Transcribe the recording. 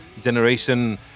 Generation